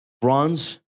bronze